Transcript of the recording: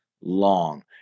long